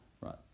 Right